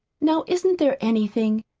now isn't there anything,